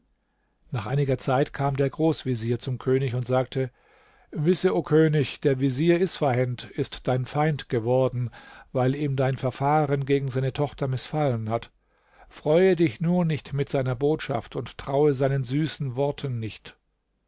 nach einiger zeit kam der großvezier zum könig und sagte wisse o könig der vezier isfahend ist dein feind geworden weil ihm dein verfahren gegen seine tochter mißfallen hat freue dich nur nicht mit seiner botschaft und traue seinen süßen worten nicht